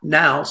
now